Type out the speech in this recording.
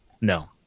No